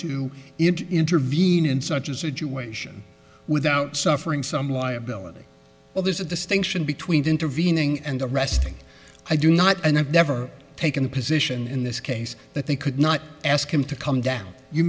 to intervene in such a situation without suffering some liability well there's a distinction between intervening and arresting i do not and i've never taken a position in this case that they could not ask him to come down you